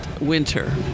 Winter